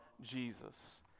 Jesus